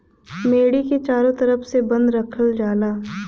मेड़ी के चारों तरफ से बंद रखल जाला